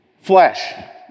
Flesh